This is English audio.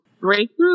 breakthrough